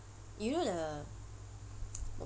you know the